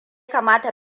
kamata